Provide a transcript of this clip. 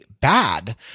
bad